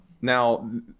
Now